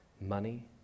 money